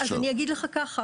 תגידי לי,